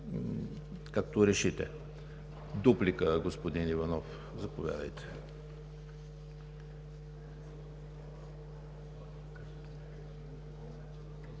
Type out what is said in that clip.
както решите. Дуплика – господин Иванов, заповядайте.